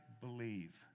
believe